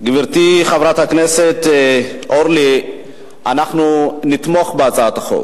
גברתי חברת הכנסת אורלי, אנחנו נתמוך בהצעת החוק.